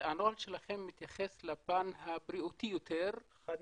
הנוהל שלכם מתייחס לפן הבריאותי יותר -- חד-משמעית.